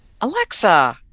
Alexa